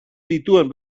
dituen